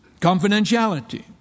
confidentiality